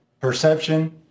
Perception